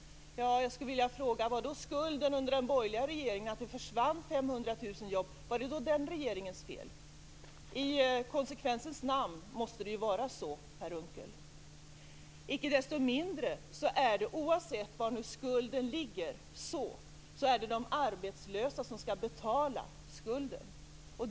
Då skulle jag vilja fråga om det var den borgerliga regeringens fel att det försvann 500 000 jobb under den tiden. I konsekvensens namn måste det ju vara så, Per Unckel. Icke desto mindre är det, oavsett var skulden ligger, de arbetslösa som skall betala den.